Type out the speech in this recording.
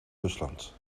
rusland